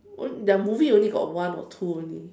when their movie only got one or two only